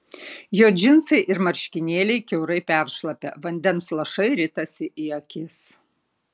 jo džinsai ir marškinėliai kiaurai peršlapę vandens lašai ritasi į akis